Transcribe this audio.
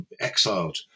exiled